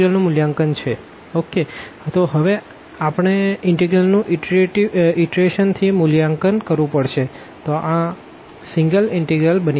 તો આપણે હવે ઇનટેગ્રલ નું ઈટરેશન થી મૂલ્યાંકન કરવું પડશે તો આ સિંગલ ઇનટેગ્રલ બની જશે